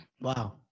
Wow